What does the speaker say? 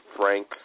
Frank